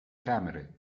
camere